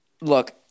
Look